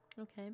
Okay